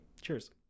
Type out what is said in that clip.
Cheers